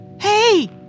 Hey